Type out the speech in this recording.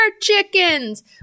chickens